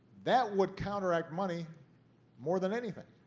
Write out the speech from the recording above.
that would counteract money more than anything.